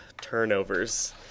turnovers